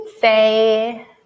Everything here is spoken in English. say